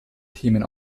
themen